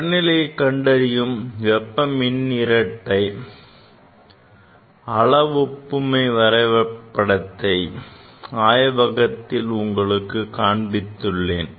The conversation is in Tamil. வெப்பநிலையை கண்டறியும் வெப்ப மின்இரட்டை அளவொப்புமை வரைபடத்தை ஆய்வகத்தில் உங்களுக்குக் காண்பித்துள்ளேன்